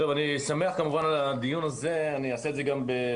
אני כמובן על הדיון הזה, אני אעשה את זה גם בקצרה.